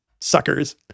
suckers